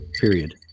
period